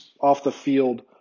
off-the-field